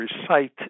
recite